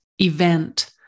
event